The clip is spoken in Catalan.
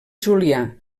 julià